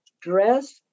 dress